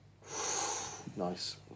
Nice